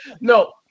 No